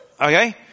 Okay